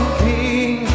king